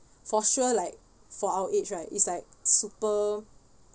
for sure like for our age right is like super